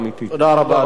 אני מודה לך.